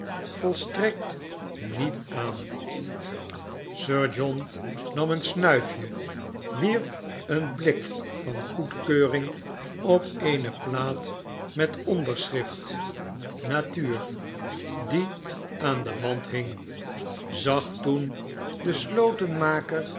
volstrekt niet aan sir john nam een snuifje wierp een blik van goedkeurig op eene plaat met het onderschrift natuur die aan den wand hing zag toen den